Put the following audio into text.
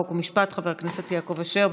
חוק ומשפט חבר הכנסת יעקב אשר.